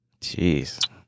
Jeez